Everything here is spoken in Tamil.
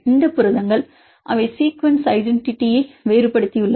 இந்த புரதங்கள் அவை சீக்குவன்ஸ் ஐடென்டிட்டியை வேறுபடுத்தியுள்ளன